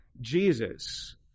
Jesus